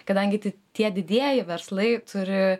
kadangi ti tie didieji verslai turi